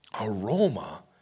aroma